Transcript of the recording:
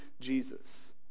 Jesus